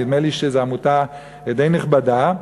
ונדמה לי שזו עמותה די נכבדה.